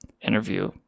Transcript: interview